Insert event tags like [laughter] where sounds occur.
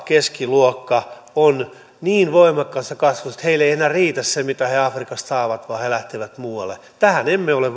ja keskiluokka on niin voimakkaassa kasvussa että heille ei enää riitä se mitä he afrikasta saavat vaan he lähtevät muualle tähän emme ole [unintelligible]